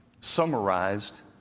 summarized